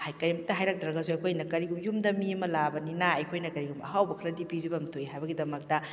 ꯀꯔꯤꯝꯇ ꯍꯥꯏꯔꯛꯇ꯭ꯔꯒꯁꯨ ꯑꯩꯈꯣꯏꯅ ꯀꯔꯤꯒꯨꯝꯕ ꯌꯨꯝꯗ ꯃꯤ ꯑꯃ ꯂꯥꯛꯑꯕꯅꯤꯅ ꯑꯩꯈꯣꯏꯅ ꯀꯔꯤꯒꯨꯝꯕ ꯑꯍꯥꯎꯕ ꯈꯔꯗꯤ ꯄꯤꯖꯐꯝ ꯊꯣꯛꯑꯦ ꯍꯥꯏꯕꯒꯤꯗꯃꯛꯇ